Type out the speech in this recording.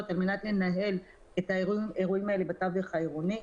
על מנת לנהל את האירועים האלה בתווך העירוני,